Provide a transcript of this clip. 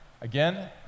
Again